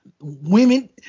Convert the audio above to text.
women